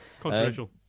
Controversial